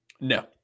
No